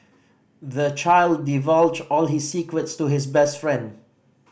the child divulged all his secrets to his best friend